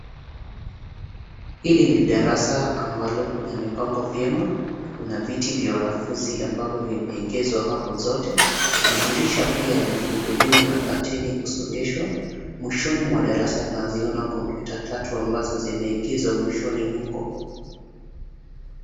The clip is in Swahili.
Hili ni darasa ambalo limepangwa vyema. Kuna viti vya wanafunzi ambavyo vimeegezwa hapo zote. Madirisha pia yamefunguliwa na curtain kusongeshwa. Mwishoni mwa darasa, naziona kompyuta tatu ambazo zimeegeshwa mwishoni huko.